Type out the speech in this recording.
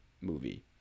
movie